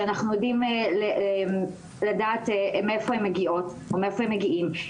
שאנחנו יודעים מאיפה הן מגיעות או מאיפה הם מגיעים,